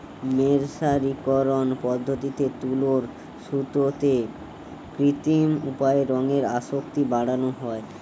মের্সারিকরন পদ্ধতিতে তুলোর সুতোতে কৃত্রিম উপায়ে রঙের আসক্তি বাড়ানা হয়